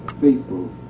faithful